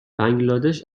بنگلادش